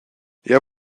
jeu